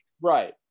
Right